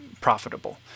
profitable